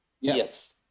yes